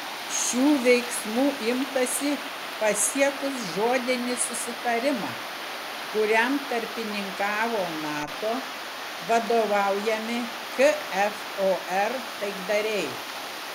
šių veiksmų imtasi pasiekus žodinį susitarimą kuriam tarpininkavo nato vadovaujami kfor taikdariai